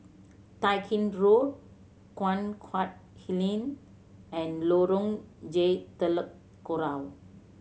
Tai Gin Road Guan Huat Kiln and Lorong J Telok Kurau